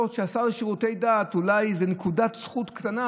אולי נקודת זכות קטנה